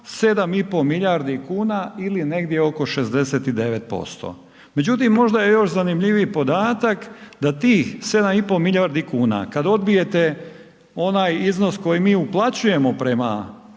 7,5 milijardi kuna ili negdje oko 69%. Međutim, možda je još zanimljiviji podatak da tih 7,5 milijardi kuna kad odbijete onaj iznos koji mi uplaćujemo prema